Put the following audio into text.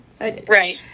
Right